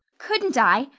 couldn't i?